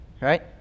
Right